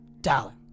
dollar